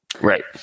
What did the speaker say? Right